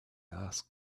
asked